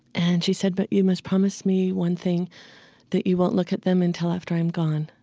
and she said, but you must promise me one thing that you won't look at them until after i'm gone.